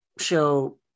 show